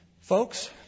Folks